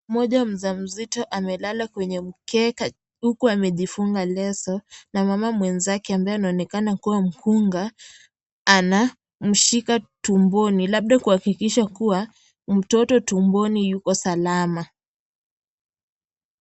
Moja mjamzito amelela kwenye mkeka huku amejifunga leso, na mama mwenzake ambaye anaonekana kuwa mkunga anamshika tumboni labda kuhakikisha kuwa mtoto tumboni yuko salama.